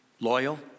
loyal